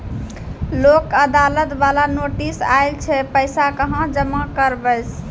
लोक अदालत बाला नोटिस आयल छै पैसा कहां जमा करबऽ?